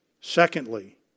Secondly